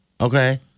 Okay